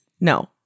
No